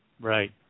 Right